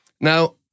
Now